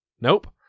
Nope